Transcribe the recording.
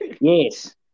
Yes